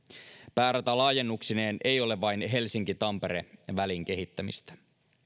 päärata laajennuksineen ei ole vain helsinki tampere välin kehittämistä